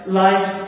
life